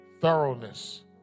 thoroughness